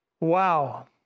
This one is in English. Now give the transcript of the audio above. Wow